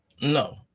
No